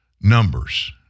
numbers